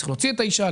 צריך להוציא את האישה,